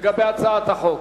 לגבי הצעת החוק.